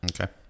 Okay